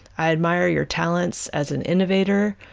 i admire your talents as an innovator,